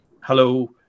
hello